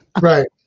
right